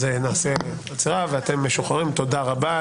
אתם משוחררים, תודה רבה.